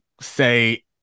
say